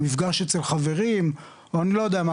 מפגש אצל חברים או אני לא יודע מה,